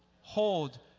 hold